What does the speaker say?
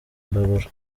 imbabura